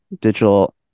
digital